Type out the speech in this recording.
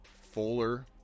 Fuller